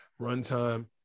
runtime